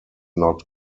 not